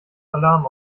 alarm